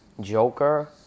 Joker